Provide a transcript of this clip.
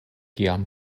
kiam